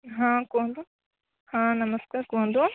ହଁ କୁହନ୍ତୁ ହଁ ନମସ୍କାର କୁହନ୍ତୁ